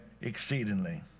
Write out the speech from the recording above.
exceedingly